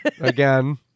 Again